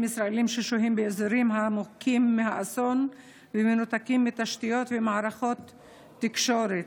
ישראלים ששוהים באזורים מוכי האסון ומנותקים מתשתיות ומערכות תקשורת.